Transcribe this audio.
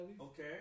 Okay